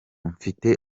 mfite